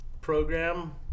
program